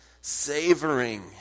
savoring